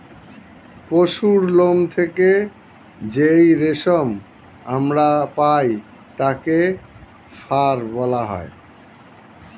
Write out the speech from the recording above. পশুর লোম থেকে যেই রেশম আমরা পাই তাকে ফার বলা হয়